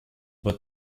but